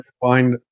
find